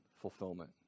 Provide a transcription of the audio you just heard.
fulfillment